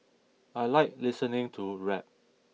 I like listening to rap